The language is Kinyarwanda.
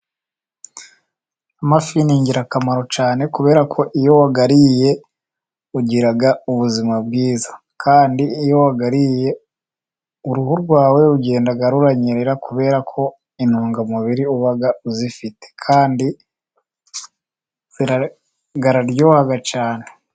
Amafi ni ingirakamaro cyane, kubera ko iyo wayariye ugira ubuzima bwiza, kandi iyo wayariye uruhu rwawe rugenda ruranyerera kubera ko intungamubiri uba uzifite, kandi aryohaga cyane.